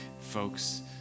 folks